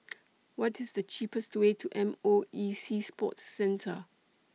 What IS The cheapest Way to M O E Sea Sports Centre